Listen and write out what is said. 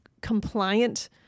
compliant